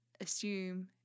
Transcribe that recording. assume